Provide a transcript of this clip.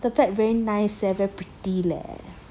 the bag very nice leh very pretty leh